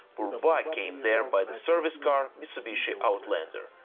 burba came there by the service car mitsubishi outlander.